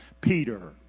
peter